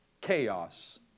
chaos